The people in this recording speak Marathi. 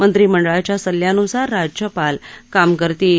मंत्रिमंडळाच्या सल्ल्यानुसार राज्यपाल काम करतील